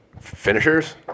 finishers